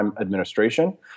administration